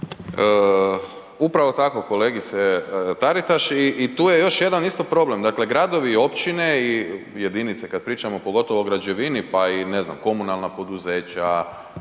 Upravo tako kolegice Taritaš. I tu je isto još jedan problem, dakle gradovi i općine i jedinice kada pričamo, pogotovo u građevini pa i komunalna poduzeća,